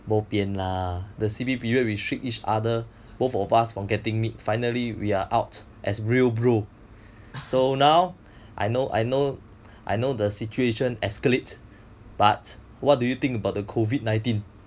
bopian lah the C_B period restrict each other both of us from getting meet finally we're out as real bro so now I know I know I know the situation escalated but what do you think about the COVID nineteen